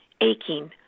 aching